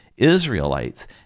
Israelites